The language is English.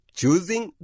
choosing